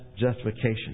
justification